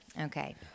Okay